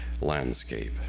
landscape